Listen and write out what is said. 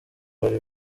bari